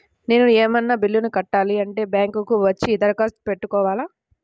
నేను ఏమన్నా బిల్లును కట్టాలి అంటే బ్యాంకు కు వచ్చి దరఖాస్తు పెట్టుకోవాలా?